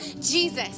Jesus